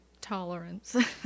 Tolerance